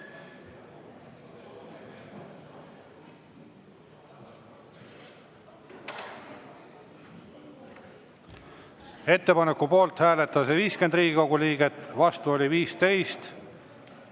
Ettepaneku poolt hääletas 50 Riigikogu liiget, vastu oli 15.